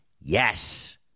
Yes